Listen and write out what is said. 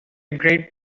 great